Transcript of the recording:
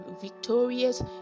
victorious